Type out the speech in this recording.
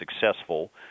successful